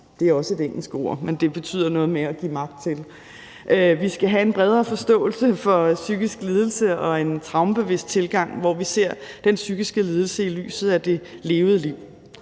det er også et engelsk ord, men det betyder noget med at give magt til den enkelte. Vi skal have en tilgang med en bredere forståelse for psykiske lidelser og traumer, hvor vi ser den psykiske lidelse i lyset af det levede liv.